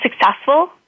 successful